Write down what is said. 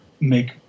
make